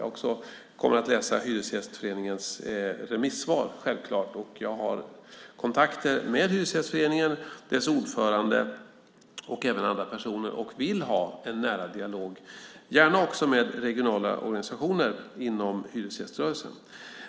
Jag kommer också att läsa Hyresgästföreningens remissvar, självklart. Jag har kontakter med Hyresgästföreningen, dess ordförande och även andra personer, och vill ha en nära dialog, gärna också med regionala organisationer inom hyresgäströrelsen.